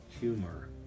humor